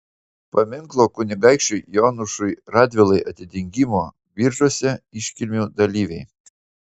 paminklo kunigaikščiui jonušui radvilai atidengimo biržuose iškilmių dalyviai